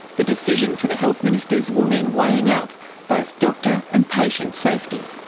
the decision for the health ministers will mean weighing up both doctor and patient safety.